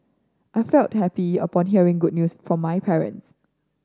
I felt happy upon hearing good news from my parents